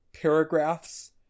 paragraphs